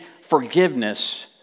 forgiveness